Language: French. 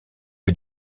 est